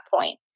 point